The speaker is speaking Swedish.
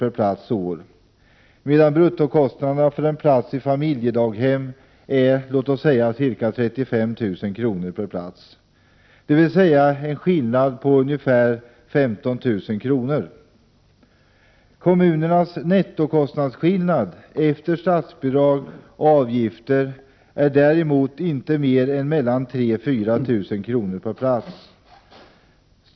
per plats och år, medan bruttokostnaderna för en plats i familjedaghem är ca 35 000 kr. per plats och år, dvs. en skillnad på ca 15 000 kr. Kommunernas nettokostnadsskillnad efter statsbidrag och avgifter är däremot inte mer än 3 0004 000 kr. per plats och år.